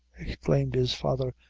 exclaimed his father,